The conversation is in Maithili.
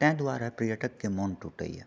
ताहि दुआरे पर्यटकके मन टूटैए